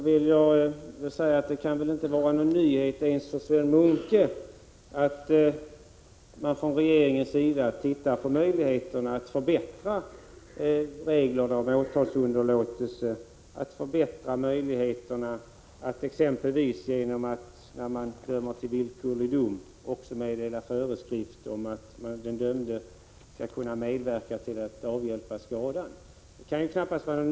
Herr talman! Det kan väl inte vara någon nyhet ens för Sven Munke att regeringen ser på möjligheterna att förbättra reglerna om åtalsunderlåtelse. När man exempelvis dömer någon till villkorlig dom skulle föreskrifter kunna ges om att den dömde skall medverka till att avhjälpa skadan i fråga.